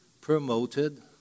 promoted